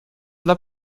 dla